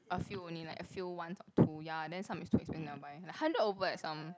a few only like a few once or two ya then some is too expensive then never buy like hundred over eh some